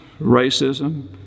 racism